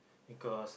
because